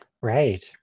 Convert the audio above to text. right